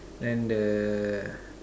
then the